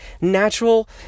natural